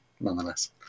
nonetheless